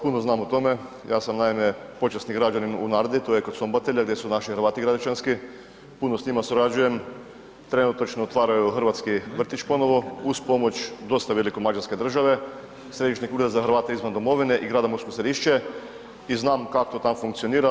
Puno znam o tome, ja sam naime počasni građanin u Nardi to je kod Sombotelja gdje su naši Hrvati Gradišćanski, puno s njima surađujem, trenutačno otvaraju hrvatski vrtić ponovo uz pomoć dosta veliku Mađarske država, Središnjeg ureda za Hrvate izvan domovine i grada Mursko Središće i znam kak to tam funkcionira.